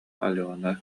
алена